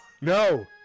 No